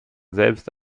selbst